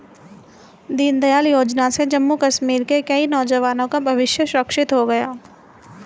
दीनदयाल योजना से जम्मू कश्मीर के कई नौजवान का भविष्य सुरक्षित हो गया